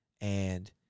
and-